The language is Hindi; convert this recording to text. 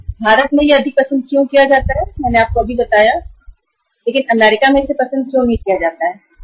यह भारत में सबसे अधिक क्यों पसंद किया जाता है लेकिन अमेरिका में सबसे कम क्यों पसंद किया जाता है मैंने अभी आपको बताया